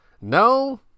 No